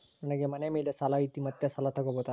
ನನಗೆ ಮನೆ ಮೇಲೆ ಸಾಲ ಐತಿ ಮತ್ತೆ ಸಾಲ ತಗಬೋದ?